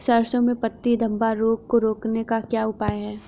सरसों में पत्ती धब्बा रोग को रोकने का क्या उपाय है?